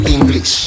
English